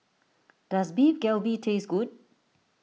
does Beef Galbi taste good